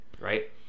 Right